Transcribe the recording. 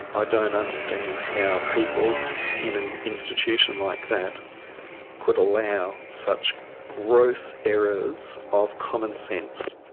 i don't understand how people in an institution like that could allow such gross errors of common sense.